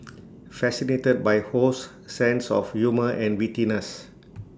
fascinated by Ho's sense of humour and wittiness